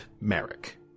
Merrick